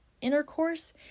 intercourse